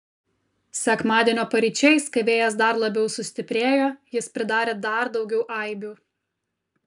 sekmadienio paryčiais kai vėjas dar labiau sustiprėjo jis pridarė dar daugiau aibių